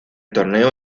torneo